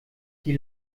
die